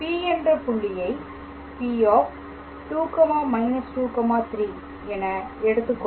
P என்ற புள்ளியை P2−23 என எடுத்துக் கொள்வோம்